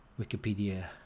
wikipedia